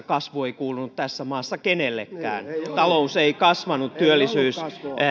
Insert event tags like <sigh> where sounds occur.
<unintelligible> kasvu ei kuulunut tässä maassa kenellekään talous ei kasvanut työllisyys